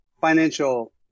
financial